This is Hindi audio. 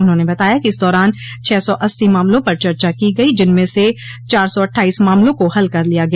उन्होंने बताया कि इस दौरान छह सौ अस्सो मामलों पर चर्चा की गई जिनमें से चार सौ अट्ठाईस मामलों को हल कर लिया गया